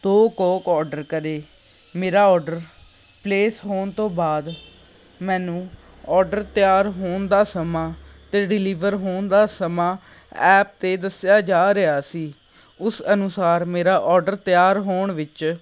ਦੋ Coke order ਕਰੇ ਮੇਰਾ ਔਡਰ ਪਲੇਸ ਹੋਣ ਤੋਂ ਬਾਅਦ ਮੈਨੂੰ ਔਡਰ ਤਿਆਰ ਹੋਣ ਦਾ ਸਮਾਂ ਅਤੇ ਡਿਲੀਵਰ ਹੋਣ ਦਾ ਸਮਾਂ ਐਪ 'ਤੇ ਦੱਸਿਆ ਜਾ ਰਿਹਾ ਸੀ ਉਸ ਅਨੁਸਾਰ ਮੇਰਾ ਔਡਰ ਤਿਆਰ ਹੋਣ ਵਿੱਚ